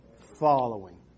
following